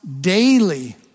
daily